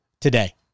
today